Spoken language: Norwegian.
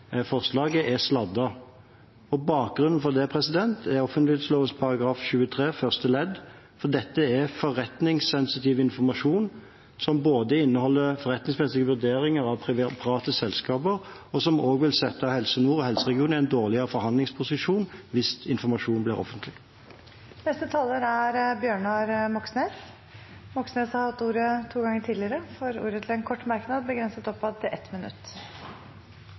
forslaget, som er sladdet. Bakgrunnen for det er offentleglova § 23 første ledd, for dette er forretningssensitiv informasjon, som både inneholder forretningsmessige vurderinger av private selskaper, og som vil sette Helse Nord og helseregionen i en dårligere forhandlingsposisjon hvis informasjonen blir offentlig. Representanten Bjørnar Moxnes har hatt ordet to ganger tidligere og får ordet til en kort merknad, begrenset til 1 minutt.